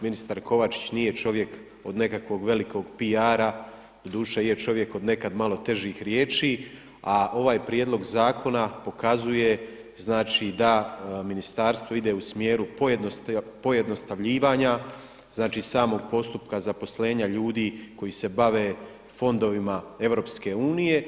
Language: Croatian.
Ministar Kovačić nije čovjek od nekakvog velikog PR-a, doduše je čovjek od nekad malo težih riječi, a ovaj prijedlog zakona pokazuje, znači da ministarstvo ide u smjeru pojednostavljivanja, znači samog postupka zaposlenja ljudi koji se bave fondovima EU.